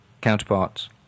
counterparts